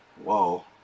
Whoa